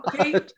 Okay